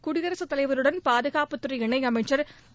குடியரசுத் தலைவருடன் பாதுகாப்புத்துறை இணையமைச்சர் திரு